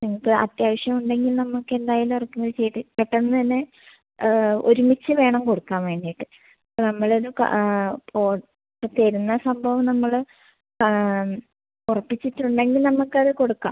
നിങ്ങൾക്ക് അത്യാവശ്യം ഉണ്ടെങ്കിൽ നമുക്ക് എന്തായാലും ഇറക്കുമതി ചെയ്ത് പെട്ടെന്ന് തന്നെ ഒരുമിച്ച് വേണം കൊടുക്കാൻ വേണ്ടിയിട്ട് നമ്മൾ അത് ഫോൺ തരുന്ന സംഭവം നമ്മള് ഉറപ്പിച്ചിട്ട് ഉണ്ടെങ്കിൽ നമുക്കത് കൊടുക്കാം